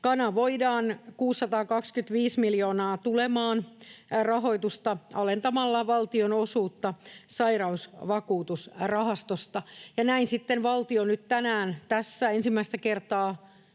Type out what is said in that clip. Kanavoidaan 625 miljoonaa tulemaan rahoitusta alentamalla valtionosuutta sairausvakuutusrahastosta, ja näin sitten valtio nyt tänään tässä ensimmäistä kertaa